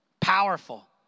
Powerful